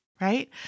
right